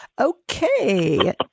okay